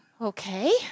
Okay